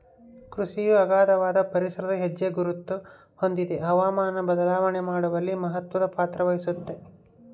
ಕೃಷಿಯು ಅಗಾಧವಾದ ಪರಿಸರದ ಹೆಜ್ಜೆಗುರುತ ಹೊಂದಿದೆ ಹವಾಮಾನ ಬದಲಾವಣೆ ಮಾಡುವಲ್ಲಿ ಮಹತ್ವದ ಪಾತ್ರವಹಿಸೆತೆ